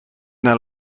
naar